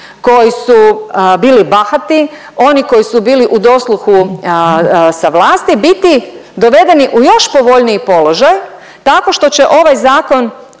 koji su bili bahati, oni koji su bili u dosluhu sa vlasti biti dovedeni u još povoljniji položaj tako što će ovaj zakon